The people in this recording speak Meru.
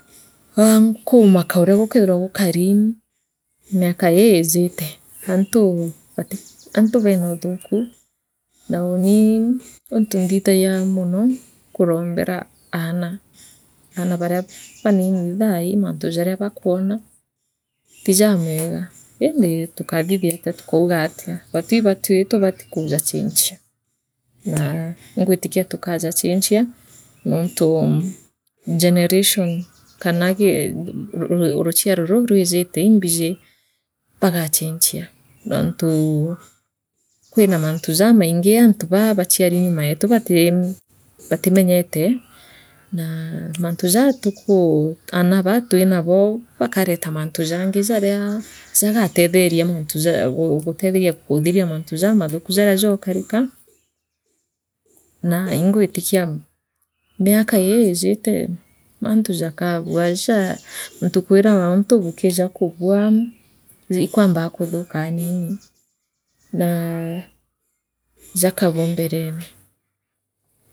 Oou inkumakaa uria gakeethira gukani miakaii ijite antu ut antu beenoothuku na uunii untu nthithagia mono ikurombiria aana aana baria baanini thaii mantu jaria bakwona tii jameega indi tukathithiatia tukauga atia nao batwi ibatwi kujachinchia naaa ingwitikia tukaajachinchia nontu generation kaanaa gii ruchiara ruu rwijite imbiji rugachinchia nontu kwira mantu jamaingi antu baa bachiarie nyuma yetu batim batimenyote naaa mantu jaa tukuu aana baa twinabo bakareta mantu jangi jaria jagateetheria gu gutetheria kuthera mantu jamathuka jari jookarika naa ingwitikia mi miakaii iijite mantu jakaabua ja jonthe kwiragwa untu bukiija kubua ii ikwambaa kuthikaanini naa jakaabua mbereme.